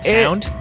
sound